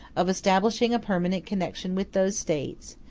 of establishing a permanent connection with those states,